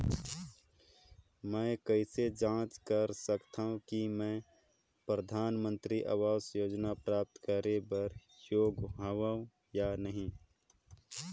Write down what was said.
मैं कइसे जांच सकथव कि मैं परधानमंतरी आवास योजना प्राप्त करे बर योग्य हववं या नहीं?